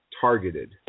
targeted